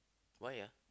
why ah